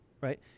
right